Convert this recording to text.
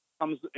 comes